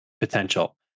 potential